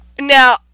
Now